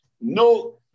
no